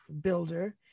builder